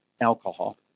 alcohol